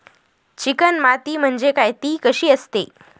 Chicken माती म्हणजे काय? ति कशी असते?